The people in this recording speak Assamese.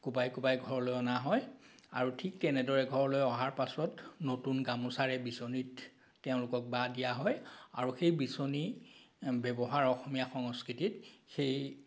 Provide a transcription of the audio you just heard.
কোবাই কোবাই ঘৰলৈ অনা হয় আৰু ঠিক তেনেদৰে ঘৰলৈ অহাৰ পাছত নতুন গামোচাৰে বিচনীত তেওঁলোকক বা দিয়া হয় আৰু সেই বিচনী ব্য়ৱহাৰ অসমীয়া সংস্কৃতিত সেই